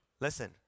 Listen